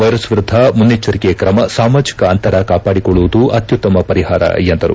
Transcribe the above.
virus ವಿರುದ್ಧ ಮುನೈಜ್ವರಿಕೆ ಕ್ರಮ ಸಾಮಾಜಕ ಅಂತರ ಕಾಪಾಡಿಕೊಳ್ಳುವುದು ಆತ್ವುತ್ತಮ ಪರಿಪಾರ ಎಂದರು